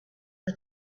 but